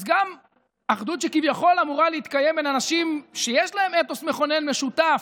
אז גם אחדות שכביכול אמורה להתקיים בין אנשים שיש להם אתוס מכונן משותף,